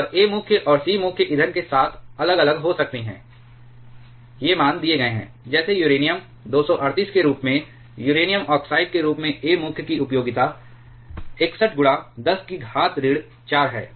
और A मुख्य और C मुख्य ईंधन के साथ अलग अलग हो सकते हैं ये मान दिए गए हैं जैसे यूरेनियम 238 के रूप में यूरेनियम ऑक्साइड के रूप में A मुख्य की उपयोगिता 61 10 की घात ऋण 4 है